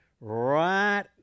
right